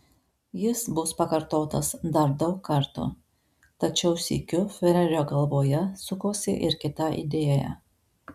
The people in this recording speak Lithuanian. jis bus pakartotas dar daug kartų tačiau sykiu fiurerio galvoje sukosi ir kita idėja